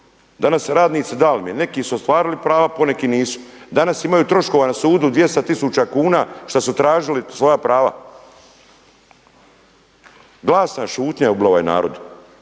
ne razumije./… neki su ostvarili prava, poneki nisu. Danas imaju troškova na sudu 200 tisuća kuna šta su tražili svoja prava. Glasna šutnja je ubila ovaj narod